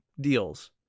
deals